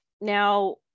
Now